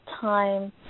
time